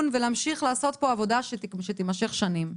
ולהמשיך לעשות פה עבודה שתימשך שנים.